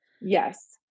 Yes